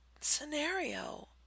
scenario